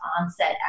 onset